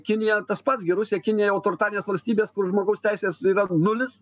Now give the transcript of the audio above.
kinija tas pats gi rusija kinija autoritarinės valstybės kur žmogaus teisės yra nulis